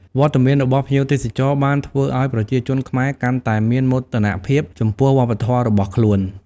វត្តមានរបស់ភ្ញៀវបរទេសបានធ្វើឲ្យប្រជាជនខ្មែរកាន់តែមានមោទនភាពចំពោះវប្បធម៌របស់ខ្លួន។